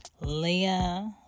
Leah